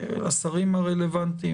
השרים הרלוונטיים.